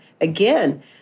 again